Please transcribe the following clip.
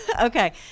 Okay